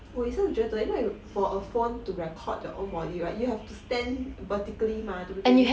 我也是觉得因为 for a phone to record your own body right you have to stand vertically 吗对不对